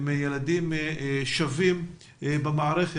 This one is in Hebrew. הילדים האלה הם שווים במערכת,